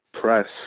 press